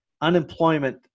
unemployment